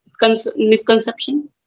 misconception